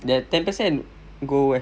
that ten percent go where